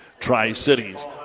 Tri-Cities